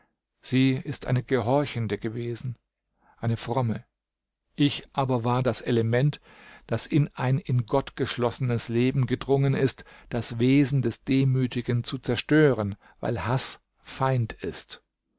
sie ist eine gehorchende gewesen eine fromme ich aber war das element das in ein in gott geschlossenes leben gedrungen ist das wesen des demütigen zu zerstören weil haß feind ist